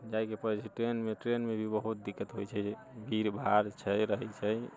जायके पड़ैत छै ट्रेनमे ट्रेनमे भी बहुत दिक्कत होइत छै भीड़ भाड़ छै रहैत छै